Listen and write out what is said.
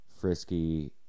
frisky